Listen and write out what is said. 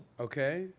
okay